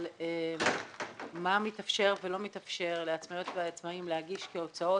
על מה מתאפשר ומה לא מתאפשר לעצמאיות ועצמאים להגיש כהוצאות,